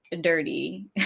dirty